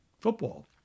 football